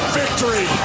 victory